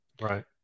Right